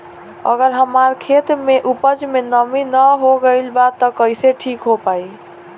अगर हमार खेत में उपज में नमी न हो गइल बा त कइसे ठीक हो पाई?